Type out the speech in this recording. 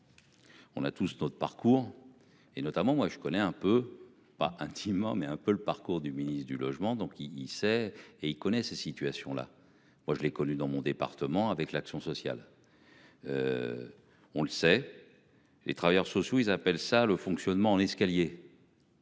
On a tous notre parcours et notamment moi je connais un peu pas intimement mais un peu le partout. Cours du ministre du Logement. Donc il il sait et il connaît ces situations-là, moi je l'ai connu dans mon département avec l'action sociale. On le sait. Les travailleurs sociaux, ils appellent ça le fonctionnement en l'escalier.